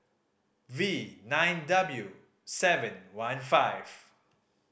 V nine W seven one five